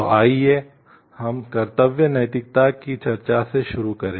तो आइए हम कर्तव्य नैतिकता की चर्चा से शुरू करें